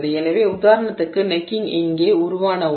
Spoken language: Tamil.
எனவே உதாரணத்திற்கு கழுத்து இங்கே உருவானவுடன்